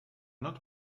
not